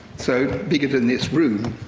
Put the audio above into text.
so, bigger than this room.